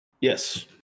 Yes